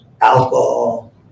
alcohol